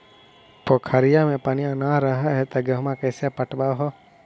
पोखरिया मे पनिया न रह है तो गेहुमा कैसे पटअब हो?